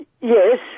Yes